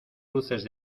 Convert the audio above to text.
luces